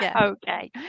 Okay